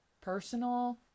personal